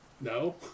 No